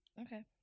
Okay